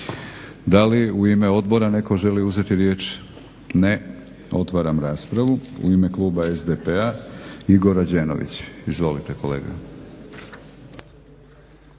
Da li u ime odbora netko želi uzeti riječ? Ne. Otvaram raspravu. U ime kluba SDP-a Igor Rađenović. Izvolite kolega.